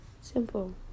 Simple